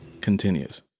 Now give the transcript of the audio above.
continues